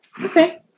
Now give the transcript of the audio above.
okay